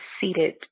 seated